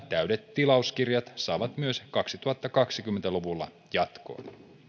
täydet tilauskirjat saavat myös kaksituhattakaksikymmentä luvulla jatkoa